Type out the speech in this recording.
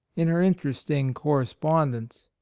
in her interesting correspondence.